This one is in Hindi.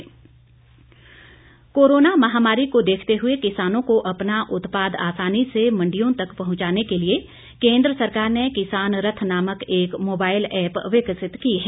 मारकंडा कोरोना महामारी को देखते हुए किसानों को अपना उत्पाद आसानी से मंडियों तक पहुंचाने के लिए केंद्र सरकार ने किसान रथ नामक एक मोबाईल ऐप विकसित की है